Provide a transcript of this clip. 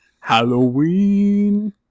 Halloween